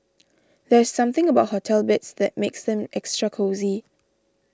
there's something about hotel beds that makes them extra cosy